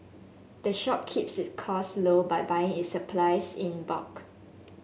the shop keeps its costs low by buying its supplies in bulk